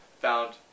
found